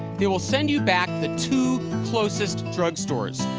they will send you back the two closest drugstores,